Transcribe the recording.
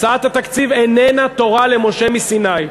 הצעת התקציב איננה תורה למשה מסיני.